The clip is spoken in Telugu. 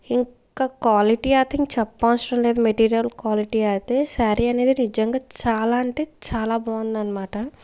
ఇంక క్వాలిటీ ఐ థింక్ చెప్పవసరం లేదు మెటీరియల్ క్వాలిటీ అయితే సారీ అనేది నిజంగా చాలా అంటే చాలా బాగుందనమాట